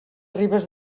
ribes